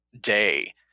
day